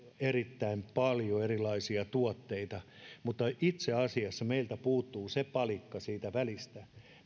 erittäin paljon erilaisia tuotteita mutta itse asiassa meiltä puuttuu se palikka siitä välistä